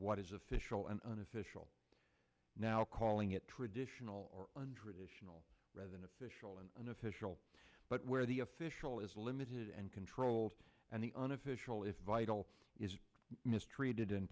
what is official and unofficial now calling it traditional or hundred additional rather than official and unofficial but where the official is limited and controlled and the unofficial is vital is mistreated and